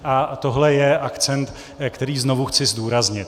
A tohle je akcent, který znovu chci zdůraznit.